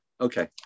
Okay